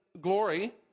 glory